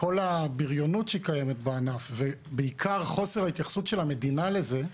כל הבריונות שקיימת בענף ובעיקר חוסר ההתייחסות של המדינה לזה,